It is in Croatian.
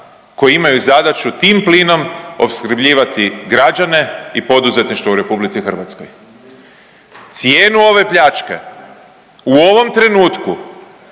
koji imaju zadaću tim plinom opskrbljivati građane i poduzetništvo u RH. Cijenu ove pljačke u ovom trenutku